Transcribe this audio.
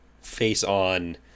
face-on